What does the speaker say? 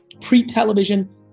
pre-television